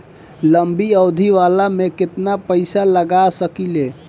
लंबी अवधि वाला में केतना पइसा लगा सकिले?